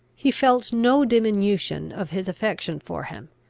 he felt no diminution of his affection for him,